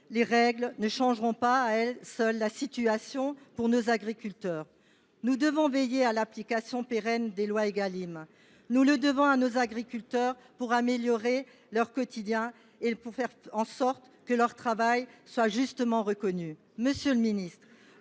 les règles ne changeront pas à elles seules la situation de nos agriculteurs. Nous devons veiller à l’application pérenne des lois Égalim. Nous le devons à nos agriculteurs, pour améliorer leur quotidien et faire en sorte que leur travail soit justement reconnu. Monsieur le ministre,